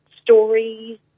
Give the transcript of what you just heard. stories